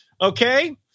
okay